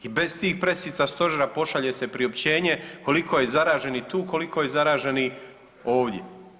I bez tih presica stožera pošalje se priopćenje koliko je zaraženih tu, koliko je zaraženih ovdje.